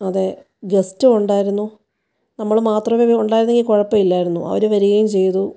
അതെ ഗെസ്റ്റും ഉണ്ടായിരുന്നു നമ്മൾ മാത്രമേ ഉണ്ടായിരുന്നെങ്കിൽ കുഴപ്പമില്ലായിരുന്നു അവർ വരികയും ചെയ്തു